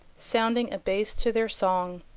sounding a bass to their song.